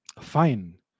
Fine